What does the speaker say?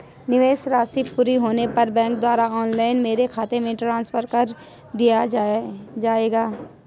निवेश राशि पूरी होने पर बैंक द्वारा ऑनलाइन मेरे खाते में ट्रांसफर कर दिया जाएगा?